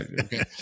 Okay